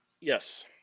yes